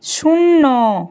শূন্য